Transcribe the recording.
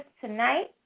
tonight